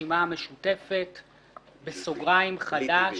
'הרשימה המשותפת (חד"ש,